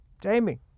Jamie